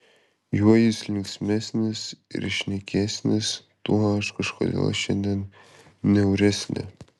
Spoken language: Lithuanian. juo jis linksmesnis ir šnekesnis tuo aš kažkodėl šiandien niauresnė